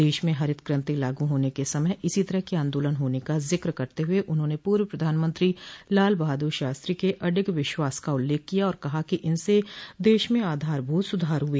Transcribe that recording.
देश में हरित क्रांति लागू होने के समय इसी तरह के आंदोलन होने का जिक्र करते हुए उन्होंने पूर्व प्रधानमंत्री लाल बहादुर शास्त्री के अडिग विश्वास का उल्लेख किया और कहा कि इनसे देश में आधारभूत सुधार हुए